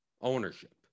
ownership